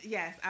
Yes